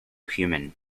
human